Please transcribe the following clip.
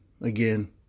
again